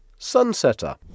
Sunsetter